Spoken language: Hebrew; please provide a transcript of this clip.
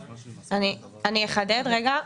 אני אחדד רגע.